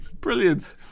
brilliant